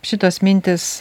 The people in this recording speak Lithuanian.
šitos mintys